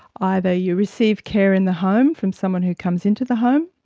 either you receive care in the home from someone who comes into the home,